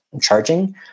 charging